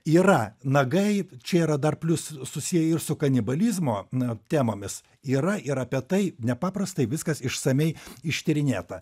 yra nagai čia yra dar plius susiję ir su kanibalizmo na temomis yra ir apie tai nepaprastai viskas išsamiai ištyrinėta